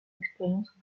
expérience